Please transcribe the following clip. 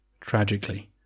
Tragically